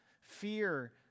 fear